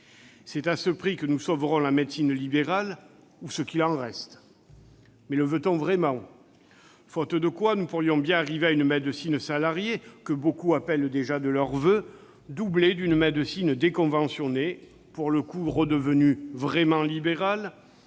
C'est à ce prix que nous sauverons la médecine libérale ou ce qu'il en reste, mais le veut-on vraiment ? Faute de quoi, nous pourrions bien arriver à une médecine salariée, que beaucoup appellent déjà de leurs voeux, doublée d'une médecine déconventionnée, pour le coup redevenue vraiment libérale